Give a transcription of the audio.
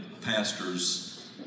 pastor's